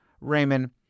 Raymond